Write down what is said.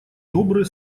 добрые